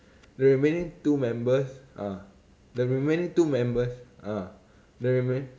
the remaining two members ah the remaining two members ah the remaining